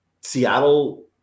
Seattle